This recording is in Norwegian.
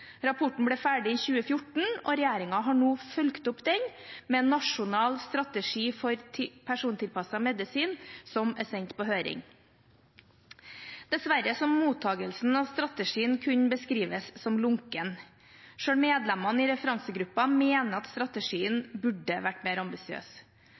Rapporten ble ferdig i 2014, og regjeringen har nå fulgt opp den med en nasjonal strategi for persontilpasset medisin, som er sendt på høring. Dessverre kan mottakelsen av strategien kun beskrives som lunken, selv medlemmene av referansegruppen mener at